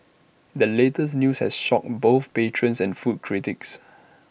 the latest news has shocked both patrons and food critics